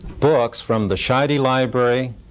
books from the scheide library,